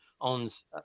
owns